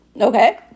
okay